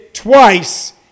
twice